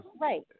Right